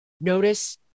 Notice